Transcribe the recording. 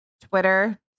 Twitter